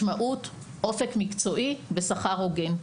משמעות, אופק מקצועי ושכר הוגן.